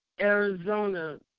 Arizona